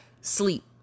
sleep